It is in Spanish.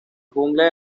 jungla